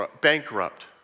bankrupt